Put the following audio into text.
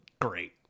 great